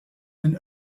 and